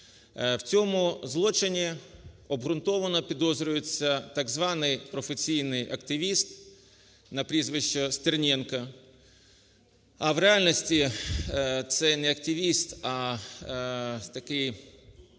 В цьому злочиніобгрунтовано підозрюється так званий професійний активіст на прізвище Стерненко, а в реальності це не активіст, а такий